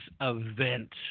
event